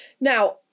Now